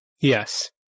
Yes